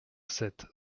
sept